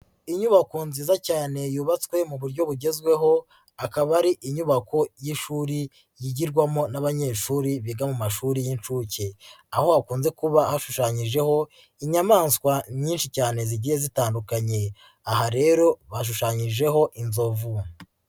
Inyubako nziza cyane yubatswe mu buryo bugezweho akaba ari inyubako y'ishuri yigirwamo n'abanyeshuri biga mu mashuri y'inshuke, aho hakunze kuba hashushanyijeho inyamaswa nyinshi cyane zigiye zitandukanye, aha rero bashushanyijeho inzovu.